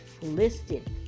listed